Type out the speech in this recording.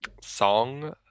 song